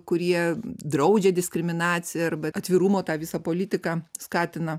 kurie draudžia diskriminaciją arba atvirumo tą visą politiką skatina